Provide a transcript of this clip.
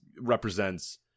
represents